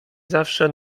zawsze